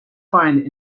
find